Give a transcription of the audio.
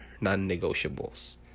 non-negotiables